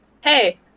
hey